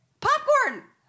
Popcorn